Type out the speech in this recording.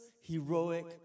heroic